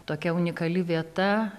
tokia unikali vieta